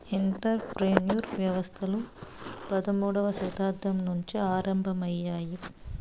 enter ప్రెన్యూర్ వ్యవస్థలు పదమూడవ శతాబ్దం నుండి ఆరంభమయ్యాయి